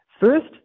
First